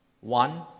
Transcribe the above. One